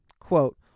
quote